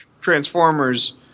Transformers